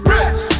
Rich